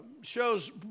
shows